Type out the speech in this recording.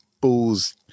bulls